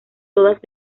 todas